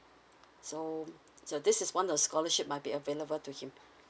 so so this is one the scholarship might be available to him